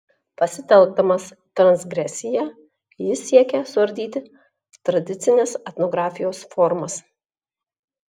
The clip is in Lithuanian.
pasitelkdamas transgresiją jis siekia suardyti tradicinės etnografijos formas